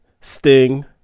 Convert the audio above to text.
Sting